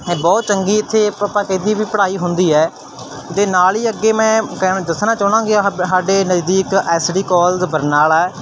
ਬਹੁਤ ਚੰਗੀ ਇੱਥੇ ਆਪਾਂ ਕਹਿ ਦਈਏ ਵੀ ਪੜ੍ਹਾਈ ਹੁੰਦੀ ਹੈ ਅਤੇ ਨਾਲ ਹੀ ਅੱਗੇ ਮੈਂ ਕਹਿਣ ਦੱਸਣਾ ਚਾਹੁੰਦਾ ਕਿ ਆਹ ਸਾਡੇ ਨਜ਼ਦੀਕ ਐਸ ਡੀ ਕਾਲਜ ਬਰਨਾਲਾ